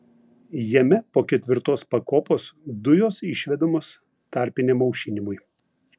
jame po ketvirtos pakopos dujos išvedamos tarpiniam aušinimui